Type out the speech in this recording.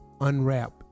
unwrap